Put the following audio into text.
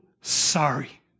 sorry